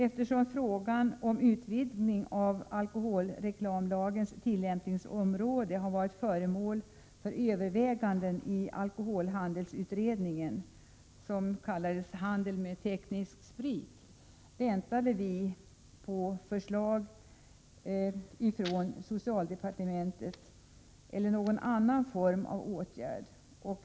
Eftersom frågan om utvidgning av alkoholreklamlagens tillämpningsområde har varit föremål för överväganden i alkoholhandelsutredningen, Handel med teknisk sprit, väntade vi på förslag från socialdepartementet eller på någon annan åtgärd.